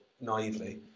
naively